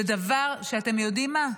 זה דבר שאתם יודעים מה,